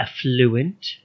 affluent